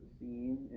scene